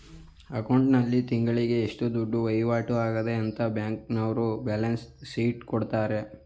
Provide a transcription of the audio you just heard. account ಆಲ್ಲಿ ತಿಂಗಳಲ್ಲಿ ಎಷ್ಟು ದುಡ್ಡು ವೈವಾಟು ಆಗದೆ ಅಂತ ಬ್ಯಾಂಕ್ನವರ್ರು ಬ್ಯಾಲನ್ಸ್ ಶೀಟ್ ಕೊಡ್ತಾರೆ